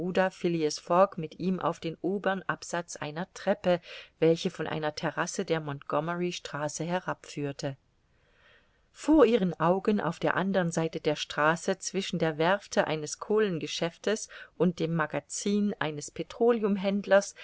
mit ihm auf den obern absatz einer treppe welche von einer terrasse der montgommerystraße herab führte vor ihren augen auf der andern seite der straße zwischen der werfte eines kohlengeschäftes und dem magazin eines